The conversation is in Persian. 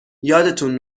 یادتون